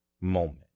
moment